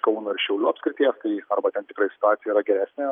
kauno ir šiaulių apskrities tai arba ten tikrai situacija yra geresnė